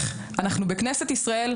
נשמתו.